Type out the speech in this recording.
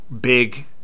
big